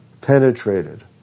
penetrated